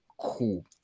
cool